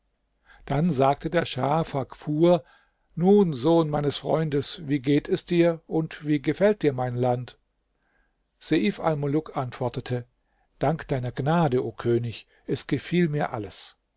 dann sagte der schah faghfur nun sohn meines freundes wie geht es dir und wie gefällt dir mein land seif almuluk antwortete dank deiner gnade o könig es gefiel mir alles